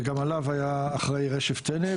שגם עליו היה אחראי רשף טנא,